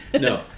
No